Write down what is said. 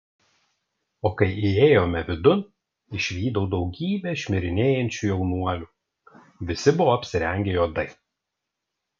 o kai įėjome vidun išvydau daugybę šmirinėjančių jaunuolių visi buvo apsirengę juodai